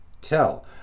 tell